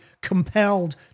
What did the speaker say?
compelled